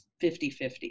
50-50